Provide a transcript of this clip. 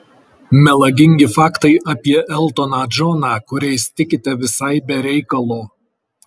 melagingi faktai apie eltoną džoną kuriais tikite visai be reikalo